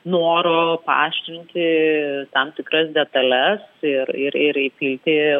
noro paaštrinti tam tikras detales ir ir ir įpilti